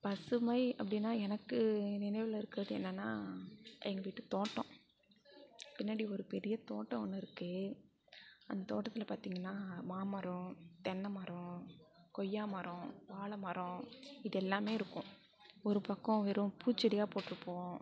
பசுமை அப்படினா எனக்கு நினைவில் இருக்கிறது என்னென்னா எங்கள் வீட்டுத் தோட்டம் பின்னாடி ஒரு பெரிய தோட்டம் ஒன்று இருக்கு அந்த தோட்டத்தில் பார்த்திங்கன்னா மாமரம் தென்னை மரம் கொய்யா மரம் வாழை மரம் இதெல்லாமே இருக்கும் ஒரு பக்கம் வெறும் பூச்செடியாக போட்டுருப்போம்